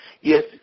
yes